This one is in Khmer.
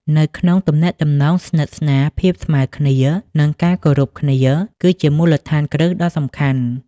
នៅក្នុងទំនាក់ទំនងស្និទ្ធស្នាល ភាពស្មើគ្នា និងការគោរពគ្នា គឺជាមូលដ្ឋានគ្រឹះដ៏សំខាន់។